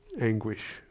anguish